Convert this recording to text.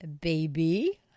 baby